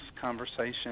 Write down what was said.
conversation